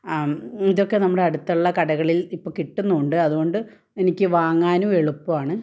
ഇതൊക്കെ നമ്മുടെ അടുത്തുള്ള കടകളിൽ ഇപ്പോൾ കിട്ടുന്നുമുണ്ട് അതുകൊണ്ട് എനിക്ക് വാങ്ങാനും എളുപ്പമാണ്